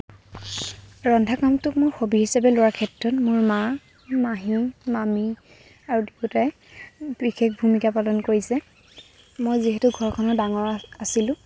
ৰন্ধা কামটোক মোৰ হবি হিচাপে লোৱাৰ ক্ষেত্ৰত মোৰ মা মাহী মামী আৰু বিকুদাই বিশেষ ভূমিকা পালন কৰিছে মই যিহেতু ঘৰখনৰ ডাঙৰ আছিলো